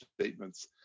statements